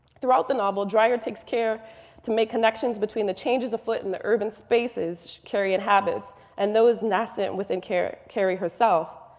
throughout the novel, dreiser takes care to make connections between the changes afoot in the urban spaces carrie inhabits and those nascent within carrie carrie herself.